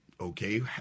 Okay